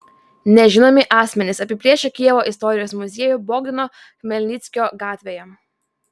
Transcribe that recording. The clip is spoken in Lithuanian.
nežinomi asmenys apiplėšė kijevo istorijos muziejų bogdano chmelnickio gatvėje